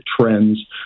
trends